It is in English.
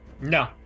no